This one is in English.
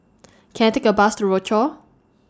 Can I Take A Bus to Rochor